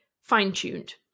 fine-tuned